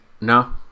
No